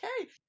okay